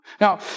Now